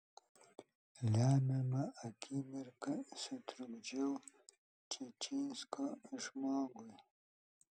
lemiamą akimirką sutrukdžiau čičinsko žmogui